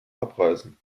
abreißen